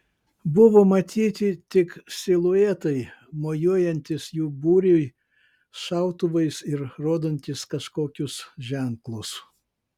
buvo matyti tik siluetai mojuojantys jų būriui šautuvais ir rodantys kažkokius ženklus